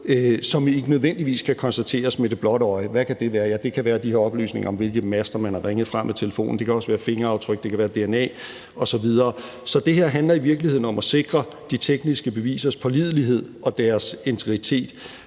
som ikke nødvendigvis kan konstateres med det blotte øje. Og hvad kan det være? Ja, det kan være de her oplysninger om, hvilke master man har ringet fra med telefonen, det kan også være fingeraftryk, det kan være dna osv. Så det her handler i virkeligheden om at sikre de tekniske bevisers pålidelighed og deres integritet.